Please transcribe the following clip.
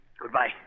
Goodbye